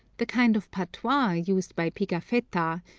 the kind of patois used by pigafetta,